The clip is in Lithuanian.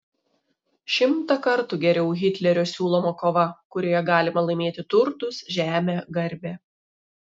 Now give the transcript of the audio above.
šimtą kartų geriau hitlerio siūloma kova kurioje galima laimėti turtus žemę garbę